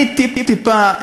אני טיפ-טיפה,